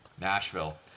Nashville